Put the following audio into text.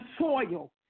soil